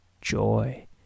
joy